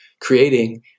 creating